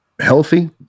healthy